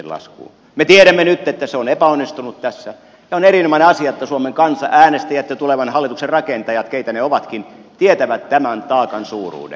me tiedämme nyt että se on epäonnistunut tässä ja on erinomainen asia että suomen kansa äänestäjät ja tulevan hallituksen rakentajat keitä ne ovatkin tietävät tämän taakan suuruuden